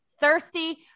thirsty